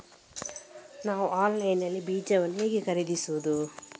ನಾವು ಆನ್ಲೈನ್ ನಲ್ಲಿ ಬೀಜಗಳನ್ನು ಹೇಗೆ ಖರೀದಿಸುವುದು?